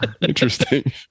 Interesting